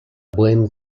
buen